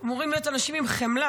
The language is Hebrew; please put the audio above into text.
אנחנו אמורים להיות אנשים עם חמלה.